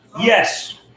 Yes